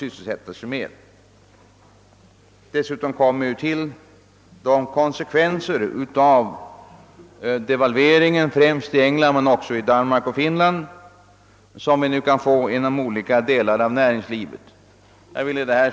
Härtill kommer de konsekvenser som devalveringen främst i England men också i Danmark och Finland kan föra med sig för olika delar av näringslivet.